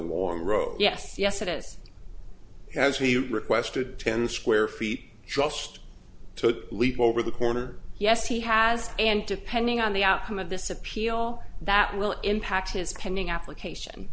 warm road yes yes it has has he requested ten square feet just to leap over the corner yes he has and depending on the outcome of this appeal that will impact his pending application